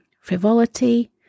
frivolity